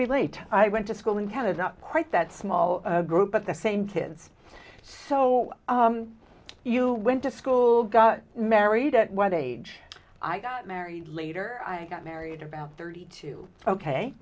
relate i went to school in kind of not quite that small group but the same kids so you went to school got married at what age i got married later i got married about thirty two ok